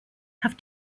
have